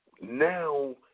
now